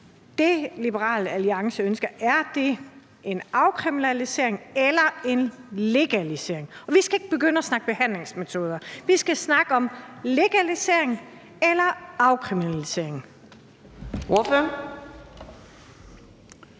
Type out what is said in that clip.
det, Liberal Alliance ønsker, en afkriminalisering eller en legalisering? Og vi skal ikke begynde at snakke behandlingsmetoder. Vi skal snakke om legalisering eller afkriminalisering. Kl.